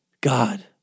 God